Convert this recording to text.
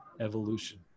evolution